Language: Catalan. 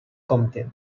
compte